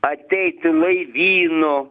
ateiti laivynu